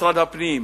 משרד הפנים,